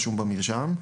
ברור.